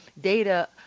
data